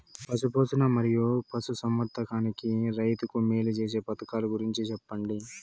పశు పోషణ మరియు పశు సంవర్థకానికి రైతుకు మేలు సేసే పథకాలు గురించి చెప్పండి?